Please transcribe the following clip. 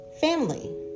Family